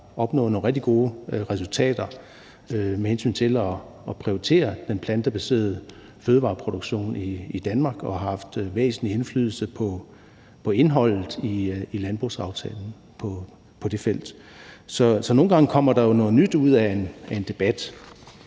nogle rigtig gode resultater med hensyn til at prioritere den plantebaserede fødevareproduktion i Danmark og har haft væsentlig indflydelse på indholdet i landbrugsaftalen på det felt. Så nogle gange kommer der jo noget nyt ud af en debat.